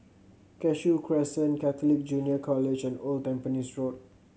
Cashew Crescent Catholic Junior College and Old Tampines Road